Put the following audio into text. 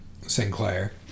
Sinclair